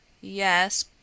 Yes